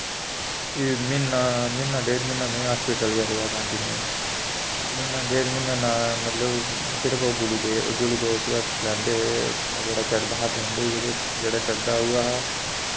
फ्ही म्हीना म्हीना डेढ़ म्हीना में हास्पिटल गै रेहा कांटिन्यू म्हीना डेढ़ म्हीना ना मतलब सिर्फ ओ ग्लूकोस गै पलैंदे हे ओह् जेह्ड़ा चढ़दा हा पलैंदे बी ते जेह्ड़ा चढ़दा हा उय्यै हा